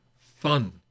fun